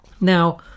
Now